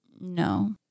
No